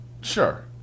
sure